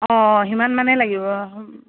অ সিমানমানেই লাগিব